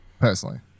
personally